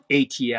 ATS